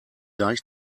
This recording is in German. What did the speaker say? deich